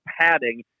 padding